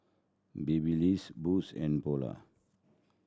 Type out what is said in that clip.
Babyliss Boost and Polar